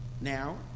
Now